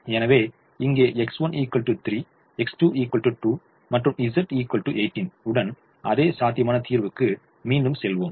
எனவே இங்கே X1 3 X2 2 மற்றும் Z 18 உடன் அதே சாத்தியமான தீர்வுக்குச் மீண்டும் செல்வோம்